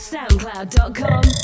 SoundCloud.com